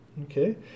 Okay